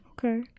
Okay